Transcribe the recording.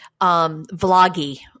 vloggy